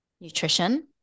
nutrition